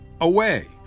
away